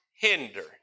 hindered